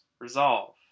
resolve